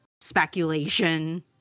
speculation